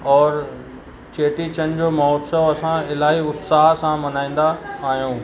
और चेटीचंड जो महोत्सव असां इलाही उत्साह सां मल्हाईंदा आहियूं